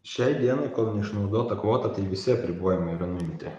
šiai dienai kol neišnaudota kvota tai visi apribojimai yra nuimti